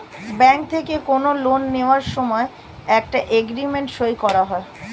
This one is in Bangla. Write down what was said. ব্যাঙ্ক থেকে কোনো লোন নেওয়ার সময় একটা এগ্রিমেন্ট সই করা হয়